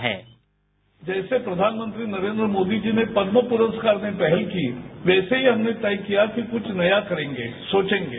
sound bite जैसे प्रधानमंत्री नरेन्द्र मोदी जी ने पद्म पुरस्कार में पहल की वैसे ही हमने तय किया कि कुछ नया करेंगे सोचेंगे